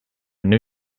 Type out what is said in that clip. knew